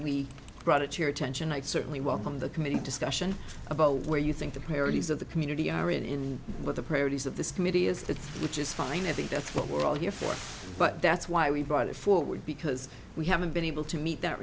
we brought it here attention i'd certainly welcome the committee discussion about where you think the parodies of the community are in but the priorities of this committee is that which is fine i think that's what we're all here for but that's why we brought it forward because we haven't been able to meet that